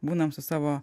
būnam su savo